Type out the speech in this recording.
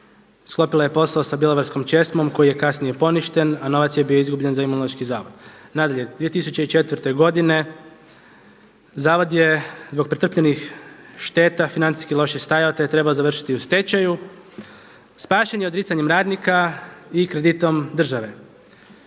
sklopila je posao se bjelovarskom ČESMA-om koji je kasnije poništen a novac je bio izgubljen za imunološki zavod. Nadalje 2004. godine Zavod je zbog pretrpljenih šteta financijski loše stajao te je trebao završiti u stečaju, spašen je odricanjem radnika i kreditom države.